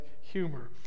humor